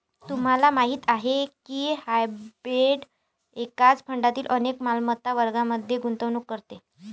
तुम्हाला माहीत आहे का की हायब्रीड एकाच फंडातील अनेक मालमत्ता वर्गांमध्ये गुंतवणूक करते?